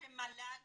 שמל"ג